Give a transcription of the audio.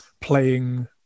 playing